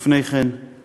לפני כן בתפקיד